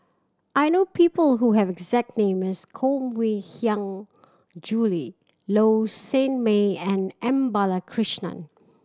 I know people who have the exact name as Koh Mui Hiang Julie Low Sanmay and M Balakrishnan